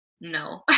no